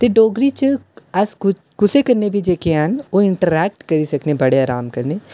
ते डोगरी च अस कु कुसै कन्नै बी जेह्के हैन ओह् इंट्रैक्ट करी सकने बड़े आराम कन्नै